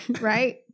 right